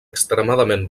extremadament